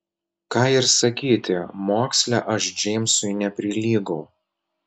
ką ir sakyti moksle aš džeimsui neprilygau